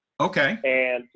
Okay